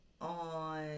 on